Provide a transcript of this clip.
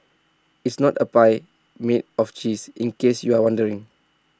it's not A pie made of cheese in case you're wondering